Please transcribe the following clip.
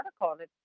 article